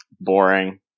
boring